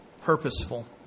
purposeful